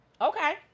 Okay